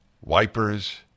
wipers